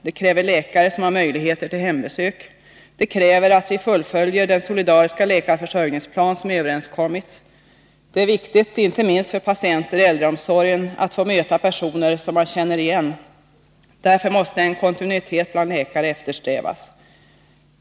Det kräver läkare som har möjligheter till hembesök. Det kräver att vi fullföljer den solidariska läkarförsörjningsplan som överenskommits. Det är viktigt inte minst för patienter i äldreomsorgen att få möta personer som man känner igen, och därför måste en kontinuitet bland läkarna eftersträvas.